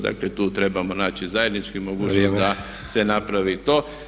Dakle tu trebamo naći zajednički mogućnost da se napravi to.